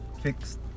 fixed